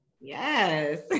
Yes